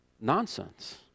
nonsense